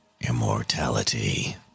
immortality